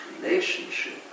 relationship